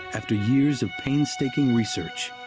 after years of painstaking research,